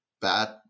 bad